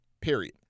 period